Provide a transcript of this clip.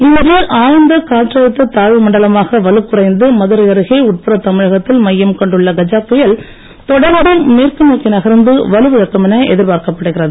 இன்று ஆழ்ந்த காற்றழுத்தத் தாழ்வு மண்டலமாக வலுக்குறைந்து மதுரை அருகே உட்புறத்தமிழகத்தில் மையம் கொண்டுள்ள கஜா புயல் தொடர்ந்து மேற்கு நோக்கி நகர்ந்து வலுவிழக்கும் என எதிர்பார்க்கப் படுகிறது